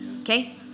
okay